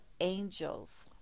angels